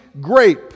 grape